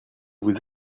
vous